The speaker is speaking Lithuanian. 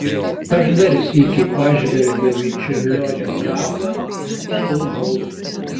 aš dar sykį pažvelgiau į čiurlionio kapą ir apstulbau